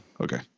okay